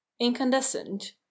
Incandescent